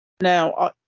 Now